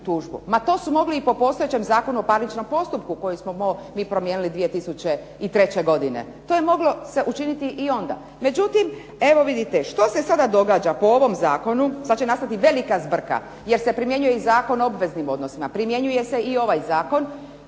tužbu. Ma to su mogli i po postojećem Zakonu o parničnom postupku koji smo mi promijenili 2003. godine. To se moglo učiniti i onda. Međutim, evo vidite što se sada događa po ovom zakonu. Sad će nastati velika zbrka, jer se primjenjuje i Zakon o obveznim odnosima, primjenjuje se i ovaj zakon,